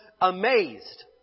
amazed